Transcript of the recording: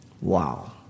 Wow